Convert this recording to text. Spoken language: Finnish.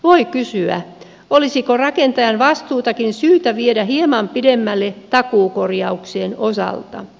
voi kysyä olisiko rakentajan vastuutakin syytä viedä hieman pidemmälle takuukorjauksien osalta